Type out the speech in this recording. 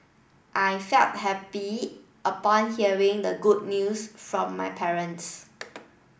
I felt happy upon hearing the good news from my parents